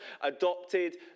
adopted